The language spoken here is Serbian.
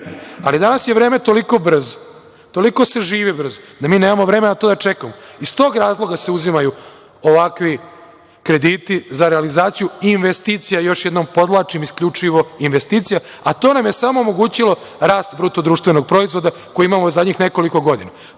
Danas je vreme toliko brzo, toliko se živi brzo da mi nemamo vremena to da čekamo. Iz tog razloga se uzimaju ovakvi krediti za realizaciju investicija. Još jednom podvlačim - isključivo investicija, a to nam je samo omogućilo rast BDP koji imamo zadnjih nekoliko